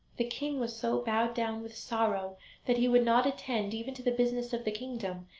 the king was so bowed down with sorrow that he would not attend even to the business of the kingdom,